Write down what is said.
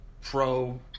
pro